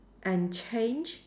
and change